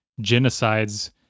genocides